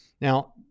Now